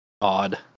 odd